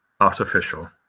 artificial